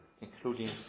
including